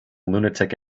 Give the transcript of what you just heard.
lunatic